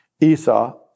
Esau